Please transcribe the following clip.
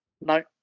No